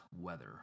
weather